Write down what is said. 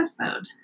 episode